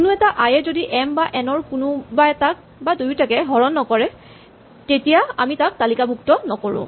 কোনো এটা I A যদি এম বা এন ৰ কোনোবা এটাক বা দুয়োটাকে হৰণ নাযায় তেতিয়া আমি তাক তালিকাভুক্ত নকৰো